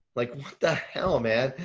like what the hell man?